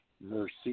mercy